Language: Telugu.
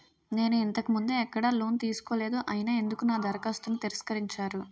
నేను ఇంతకు ముందు ఎక్కడ లోన్ తీసుకోలేదు అయినా ఎందుకు నా దరఖాస్తును తిరస్కరించారు?